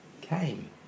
came